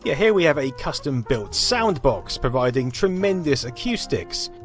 yeah here we have a custom build sound box, providing tremendous acoustics.